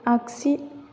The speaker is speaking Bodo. आगसि